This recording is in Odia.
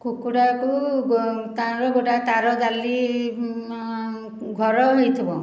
କୁକୁଡ଼ାକୁ ତାର ଗୋଟେ ତାର ଜାଲି ଘର ହୋଇଥିବ